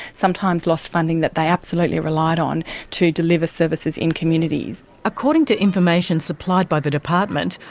sometimes lost funding that they absolutely relied on to deliver services in communities. according to information supplied by the department,